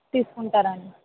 తీసుకుంటారా అండి